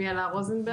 שמי אלה רוזנברג,